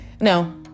No